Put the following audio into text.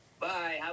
Bye